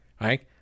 right